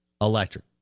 Electric